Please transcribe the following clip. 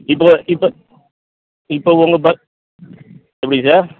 இப்போ இப்போ இப்போ உங்க ப எப்படிங்க சார்